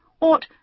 ought—